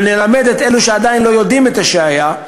ונלמד את אלה שעדיין לא יודעים את שהיה,